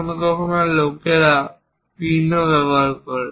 কখনও কখনও লোকেরা পিনও ব্যবহার করে